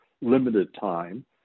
limited-time